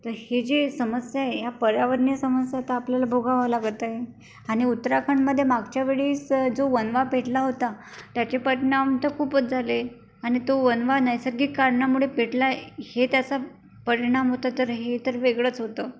तर हे जे समस्या आहे ह्या पर्यावरणीय समस्या तर आपल्याला भोगावं लागत आहे आणि उत्तराखंडमध्ये मागच्या वेळीस जो वणवा पेटला होता त्याचे परिणाम तर खूपच झाले आणि तो वणवा नैसर्गिक कारणामुळे पेटला हे त्याचा परिणाम होता तर हे तर वेगळंच होतं